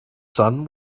sun